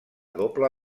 doble